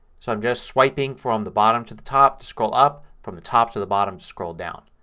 so i'm just swiping from the bottom to the top to scroll up. from the top to the bottom to scroll down.